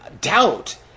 doubt